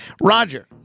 Roger